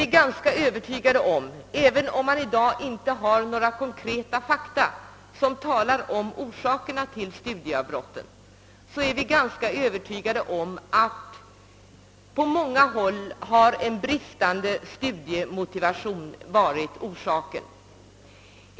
vi övertygade om, att även om vi i dag inte har konkreta fakta som talar om orsakerna till studieavbrotten, på många håll en bristande studiemotivation har varit orsaken därtill.